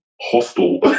hostel